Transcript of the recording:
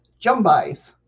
jumbies